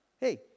Hey